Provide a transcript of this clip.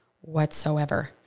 whatsoever